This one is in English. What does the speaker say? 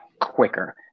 quicker